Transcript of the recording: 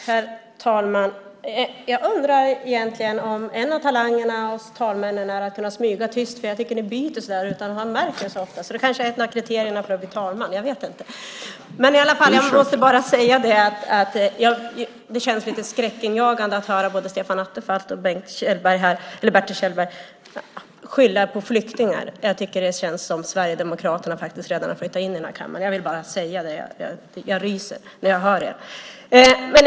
Herr talman! Det är närmast skräckinjagande att höra både Stefan Attefall och Bertil Kjellberg skylla på flyktingar. Det känns som om Sverigedemokraterna redan flyttat in i kammaren. Jag vill bara säga att jag ryser när jag lyssnar på dem.